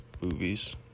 Movies